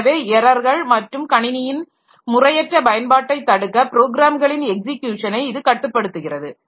எனவே எரர்கள் மற்றும் கணினியின் முறையற்ற பயன்பாட்டைத் தடுக்க ப்ரோக்ராம்களின் எக்ஸிக்யூசனை இது கட்டுப்படுத்துகிறது